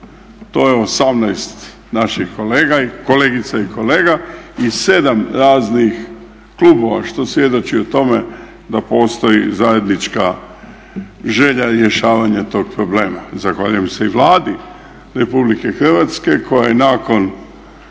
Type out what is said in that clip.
tj. 18 naših kolegica i kolega i 7 raznih klubova što svjedoči o tome da postoji zajedničke želja rješavanja toga problema. Zahvaljujem se i Vladi RH koja je nakon